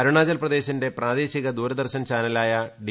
അരുണാചൽ പ്രദേശിന്റെ പ്രാദേശിക ദൂരദർശൻ ചാനലായ ഡി